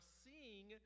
seeing